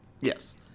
yes